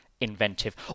inventive